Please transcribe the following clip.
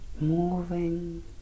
moving